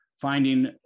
finding